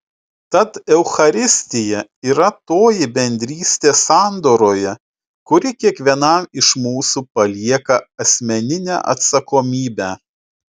tad eucharistija yra toji bendrystė sandoroje kuri kiekvienam iš mūsų palieka asmeninę atsakomybę